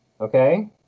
Okay